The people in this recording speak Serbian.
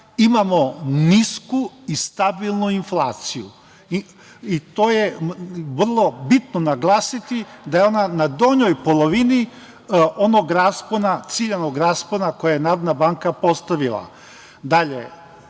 imamo nisku i stabilnu inflaciju i to je vrlo bitno naglasiti da je ona na donjoj polovini onog raspona, ciljanog raspona koji je Narodna banka postavila.